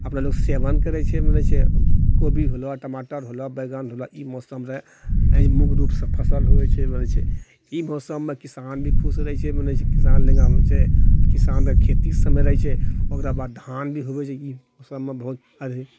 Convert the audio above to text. अपना लोक सेवन करै छै मने छै कोबी होलौ टमाटर होलौ बादाम होलौ ई मौसम रहै मूल रूपसँ फसल होबै छै ई मौसममे किसान भी खुश रहै छै मने छै किसान ढ़ेंगा होइ छै किसान खेती सबमे रहै छै ओकरा बाद धान भी होबै छै ई सबमे बहुत अथी